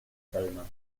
calma